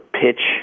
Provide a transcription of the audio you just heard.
pitch